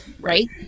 right